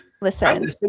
Listen